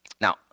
Now